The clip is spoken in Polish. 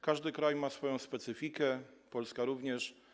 Każdy kraj ma swoją specyfikę, Polska również.